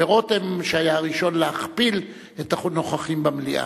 ורותם שהיה הראשון להכפיל את מספר הנוכחים במליאה.